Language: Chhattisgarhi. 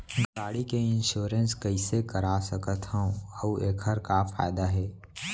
गाड़ी के इन्श्योरेन्स कइसे करा सकत हवं अऊ एखर का फायदा हे?